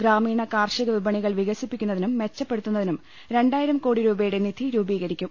ഗ്രാമീണ കാർഷിക വിപണികൾ വികസിപ്പിക്കുന്നതിനും മെച്ചപ്പെ ടുത്തുന്നതിനും രണ്ടായിരം കോടി രൂപയുടെ നിധി രൂപീകരിക്കും